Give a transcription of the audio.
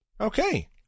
Okay